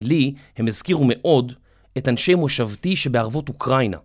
לי, הם הזכירו מאוד, את אנשי מושבתי שבערבות אוקראינה.